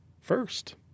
first